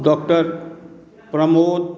doctor Pramod